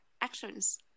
actions